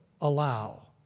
allow